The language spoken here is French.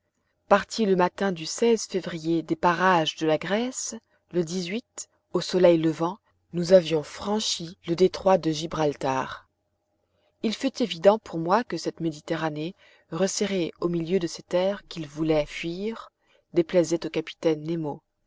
partis le matin du février des parages de la grèce le au soleil levant nous avions franchi le détroit de gibraltar il fut évident pour moi que cette méditerranée resserrée au milieu de ces terres qu'il voulait fuir déplaisait au capitaine nemo